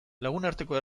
lagunarteko